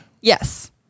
Yes